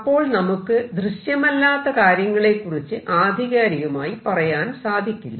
അപ്പോൾ നമുക്ക് ദൃശ്യമല്ലാത്ത കാര്യങ്ങളെക്കുറിച്ച് ആധികാരികമായി പറയാൻ സാധിക്കില്ല